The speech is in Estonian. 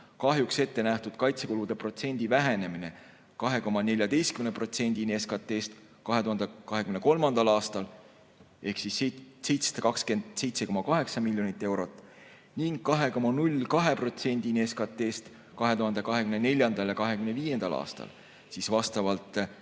kahjuks ette nähtud kaitsekulutuste protsendi vähenemine 2,14%‑ni SKT‑st 2023. aastal ehk 727,8 miljonit eurot ning 2,02%‑ni SKT‑st 2024. ja 2025. aastal, vastavalt